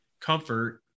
comfort